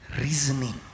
reasoning